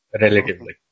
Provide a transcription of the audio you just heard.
relatively